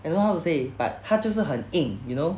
I don't know how to say but 它就是很硬 you know